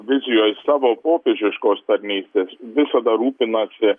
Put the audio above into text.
vizijoj savo popiežiškos tarnystės visada rūpinasi